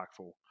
impactful